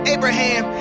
Abraham